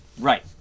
Right